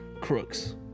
Crooks